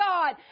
God